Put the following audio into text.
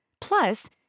Plus